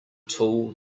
tool